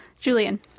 Julian